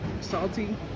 salty